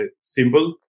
simple